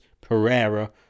Pereira